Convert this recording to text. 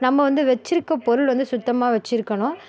நம்ம வந்து வச்சிருக்க பொருள் வந்து சுத்தமாக வச்சிருக்கணும்